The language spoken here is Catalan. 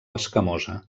escamosa